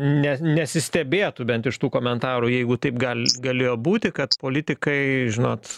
ne nesistebėtų bent iš tų komentarų jeigu taip gal galėjo būti kad politikai žinot